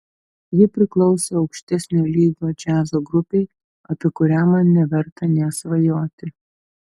ji priklausė aukštesnio lygio džiazo grupei apie kurią man neverta nė svajoti